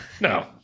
No